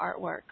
artwork